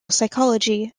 psychology